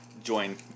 Join